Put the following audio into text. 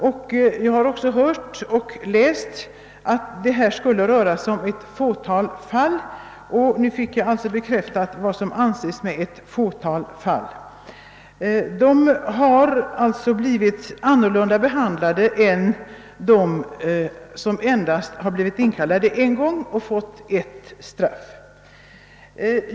Tidigare har jag hört och läst att det skulle röra sig om »ett fåtal fall« av totalvägrare som fått upprepade inkallelser och nu har vi alltså fått besked om vad som avses med uttrycket »ett få tal fall« — åtminstone under tiden 1966—1969. Dessa totalvägrare har blivit annorlunda behandlade än sådana som bara blivit inkallade en gång och då fått sitt straff en gång.